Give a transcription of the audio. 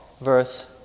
verse